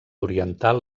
oriental